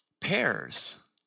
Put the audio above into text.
Pears